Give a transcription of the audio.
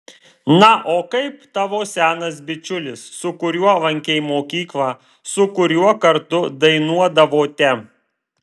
na o kaip tavo senas bičiulis su kuriuo lankei mokyklą su kuriuo kartu dainuodavote